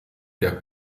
der